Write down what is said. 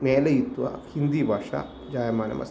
मेलयित्वा हिन्दिभाषा जायमानम् अस्ति